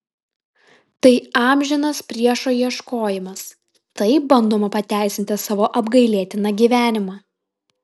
tai amžinas priešo ieškojimas taip bandoma pateisinti savo apgailėtiną gyvenimą